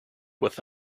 with